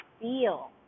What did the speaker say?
feel